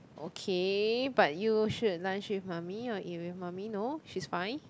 okay but you should lunch with mummy or eat with mummy no she's fine